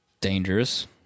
dangerous